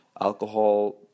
alcohol